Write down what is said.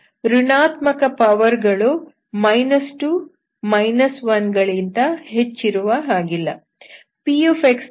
ಋಣಾತ್ಮಕ ಪವರ್ ಗಳು 2 1 ಗಳಿಗಿಂತ ಹೆಚ್ಚಿರುವ ಹಾಗಿಲ್ಲ